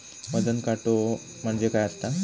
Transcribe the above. वजन काटो म्हणजे काय असता?